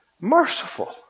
merciful